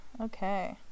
Okay